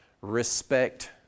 respect